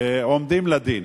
עומדים לדין.